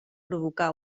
provocà